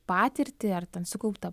patirtį ar ten sukauptą